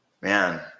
man